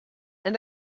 and